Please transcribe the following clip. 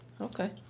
Okay